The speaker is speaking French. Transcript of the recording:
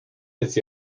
étienne